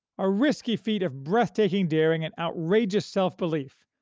a risky feat of breathtaking daring and outrageous self-belief,